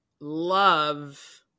love